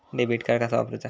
Debit card कसा वापरुचा?